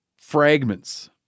fragments